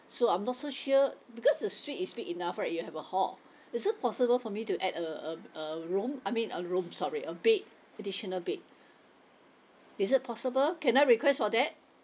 so I'm not so sure because the suite is big enough right you have a hall is it possible for me to add a a a room I mean a room sorry a bed additional bed is it possible can I request for that